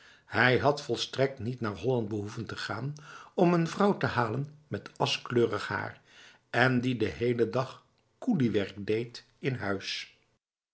hij had volstrekt niet naar holland behoeven te gaan om een vrouw te halen met askleurig haar en die de hele dag koeliewerk deed in huis